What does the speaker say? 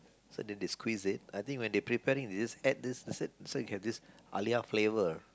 so then they squeeze it I think when preparing ths they add this so you this there's this halia flavor